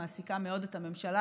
מעסיקה מאוד את הממשלה,